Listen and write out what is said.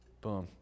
Boom